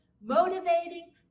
motivating